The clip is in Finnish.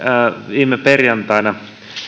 viime perjantaina